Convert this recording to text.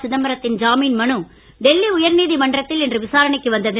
சிதம்பரத்தின் ஜாமீன் மனு டெல்லி உயர் நீதி மன்றத்தில் இன்று விசாரணைக்கு வந்தது